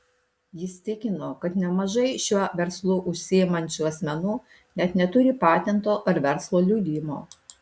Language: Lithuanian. jis tikino kad nemažai šiuo verslu užsiimančių asmenų net neturi patento ar verslo liudijimo